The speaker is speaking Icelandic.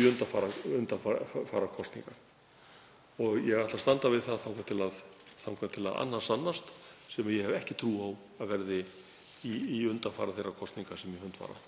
í undanfara kosninga. Ég ætla að standa við það þangað til að annað sannast, sem ég hef ekki trú á að verði í undanfara þeirra kosninga sem í hönd fara.